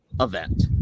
Event